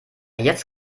jetzt